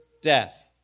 death